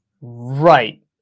Right